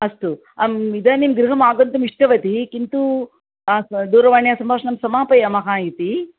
अस्तु आम् इदानीं गृहम् आगन्तुम् इष्टवती किन्तु दूरवाण्या सम्भाषणं समापयामः इति